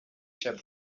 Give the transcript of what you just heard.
شبه